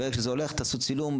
כשזה הולך תעשו צילום.